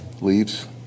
leaves